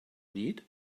need